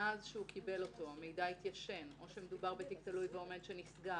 שמאז שהוא קיבל אותו המידע התיישן או שמדובר בתיק תלוי ועומד שנסגר.